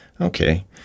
Okay